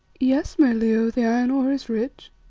yes, my leo, the iron ore is rich.